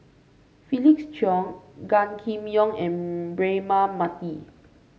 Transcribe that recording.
Felix Cheong Gan Kim Yong and Braema Mathi